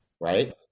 right